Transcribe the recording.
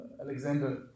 Alexander